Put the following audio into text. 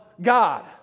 God